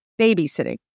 babysitting